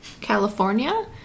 California